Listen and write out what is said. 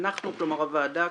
אנחנו כלומר הוועדה,